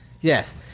Yes